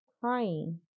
crying